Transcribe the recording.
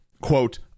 quote